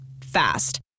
Fast